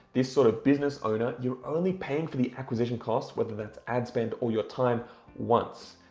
this sort of business owner, you're only paying for the acquisition cost, whether that's ad spend or your time once.